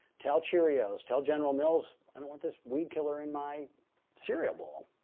tell cheerios, tell general mills, i don't want this weed killer in my cereal bowl.